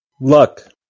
Luck